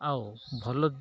ଆଉ ଭଲ